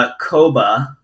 Koba